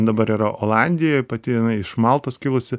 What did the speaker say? dabar yra olandijoj pati jinai iš maltos kilusi